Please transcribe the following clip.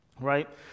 right